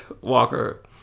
Walker